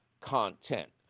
content